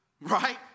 right